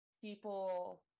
people